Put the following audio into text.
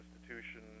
institution